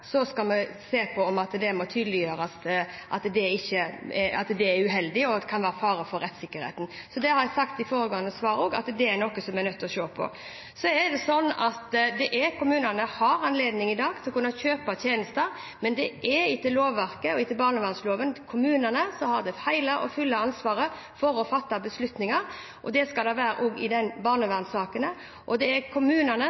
at det kan være en fare for rettssikkerheten. Jeg sa også i foregående svar at det er noe man er nødt til å se på. Kommunene har i dag anledning til å kjøpe tjenester, men det er etter lovverket og etter barnevernsloven kommunene som har det hele og fulle ansvaret for å fatte beslutninger, og slik skal det også være i barnevernssakene. Det er kommunene som skal gå til fylkesnemnda med en innstilling. Da forventer jeg at kommunene har satt seg inn i saken, at de også har tatt det inn over seg og ser den enkelte familie, og